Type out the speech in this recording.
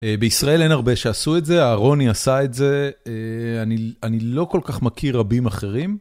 בישראל אין הרבה שעשו את זה, אהרוני עשה את זה, אני לא כל כך מכיר רבים אחרים.